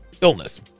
illness